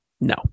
no